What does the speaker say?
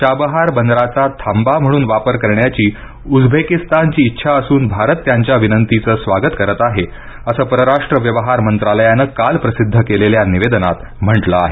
Chabahar बंदराचा थांबा म्हणून वापर करण्याची उझबेकिस्तान ची इच्छा असून भारत त्यांच्या विनंतीचं स्वागत करत आहे असं परराष्ट्र व्यवहार मंत्रालयानं काल प्रसिद्ध केलेल्या निवेदनात म्हटलं आहे